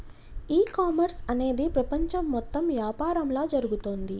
ఈ కామర్స్ అనేది ప్రపంచం మొత్తం యాపారంలా జరుగుతోంది